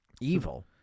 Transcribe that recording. Evil